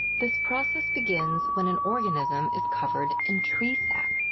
this process begins when an organism is covered in tree sap.